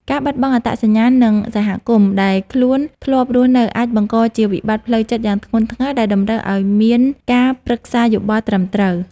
ការបាត់បង់អត្តសញ្ញាណ និងសហគមន៍ដែលខ្លួនធ្លាប់រស់នៅអាចបង្កជាវិបត្តិផ្លូវចិត្តយ៉ាងធ្ងន់ធ្ងរដែលតម្រូវឱ្យមានការប្រឹក្សាយោបល់ត្រឹមត្រូវ។